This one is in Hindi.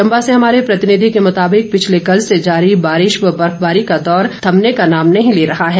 चंबा से हमारे प्रतिनिधि के मुताबिक पिछले कल से जारी बारिश व बर्फबारी का दौर थमने का नाम नहीं ले रहा है